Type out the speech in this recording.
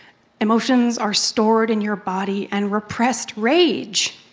emotions are stored in your body and repressed rage